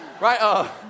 right